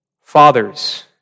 Fathers